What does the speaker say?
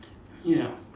ya